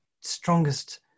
strongest